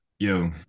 yo